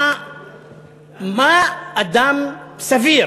מה אדם סביר